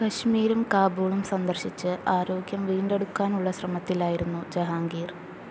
കശ്മീരും കാബൂളും സന്ദർശിച്ച് ആരോഗ്യം വീണ്ടെടുക്കാനുള്ള ശ്രമത്തിലായിരുന്നു ജഹാംഗീർ